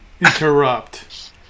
interrupt